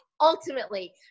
Ultimately